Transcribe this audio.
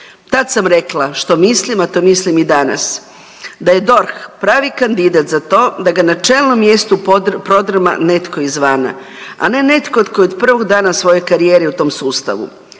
Tad sam rekla što mislim, a to mislim i danas da je DORH pravi kandidat za to da ga na čelnom mjestu prodrma netko iz vana, a ne netko tko je od prvog dana svoje karijere u svom sustavu.